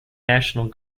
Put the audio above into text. national